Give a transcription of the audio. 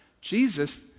Jesus